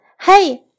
Hey